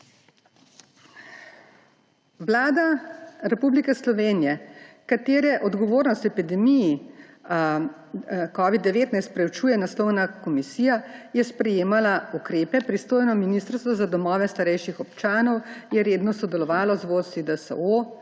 Vlada Republike Slovenije, katere odgovornost v epidemiji covida-19 preučuje naslovna komisija, je sprejemala ukrepe, pristojno ministrstvo za domove starejših občanov je redno sodelovalo z vodstvi DSO.